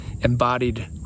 embodied